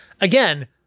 again